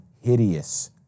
hideous